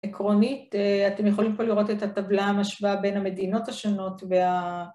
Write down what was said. עקרונית, אתם יכולים פה לראות את הטבלה המשוואה בין המדינות השונות וה...